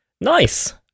Nice